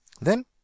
Then—